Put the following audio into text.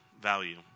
value